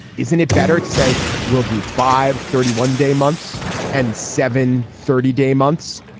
isn't it better to say we'll do five thirty one day months and seven thirty day months.